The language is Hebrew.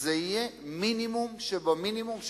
זה יהיה מינימום שבמינימום שבמינימום,